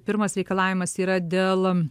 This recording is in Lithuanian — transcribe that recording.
pirmas reikalavimas yra dėl